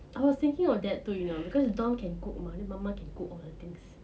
I was thinking of that too you know because dorm can cook mah mama can cook